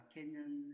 Kenyan